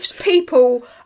people